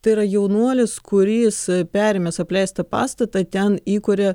tai yra jaunuolis kuris perėmęs apleistą pastatą ten įkuria